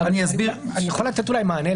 אני יכול לתת מענה?